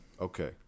Okay